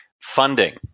Funding